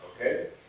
Okay